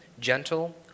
gentle